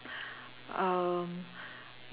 um